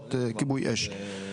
מערכות כיבוי אש.